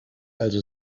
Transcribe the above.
also